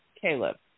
Caleb